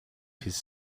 his